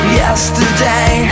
yesterday